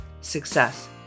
success